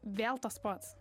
vėl tas pats